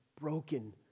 broken